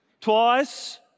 twice